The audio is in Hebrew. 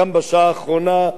גם בשעה האחרונה,